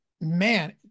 man